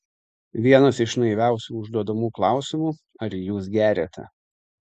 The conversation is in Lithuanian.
vienas iš naiviausių užduodamų klausimų ar jūs geriate